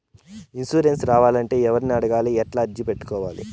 Insurance రావాలంటే ఎవర్ని అడగాలి? ఎట్లా అర్జీ పెట్టుకోవాలి?